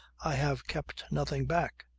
i have kept nothing back.